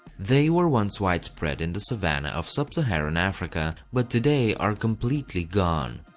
they were once widespread in the savanna of sub-saharan africa, but today are completely gone.